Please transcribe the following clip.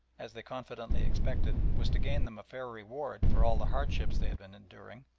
as they confidently expected, was to gain them a fair reward for all the hardships they had been enduring,